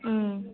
మ్మ్